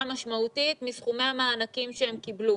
משמעותית מסכומי המענקים שהם קיבלו.